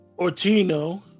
Ortino